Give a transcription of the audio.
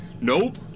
Nope